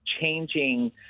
changing